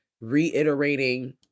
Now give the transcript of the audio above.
reiterating